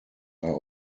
are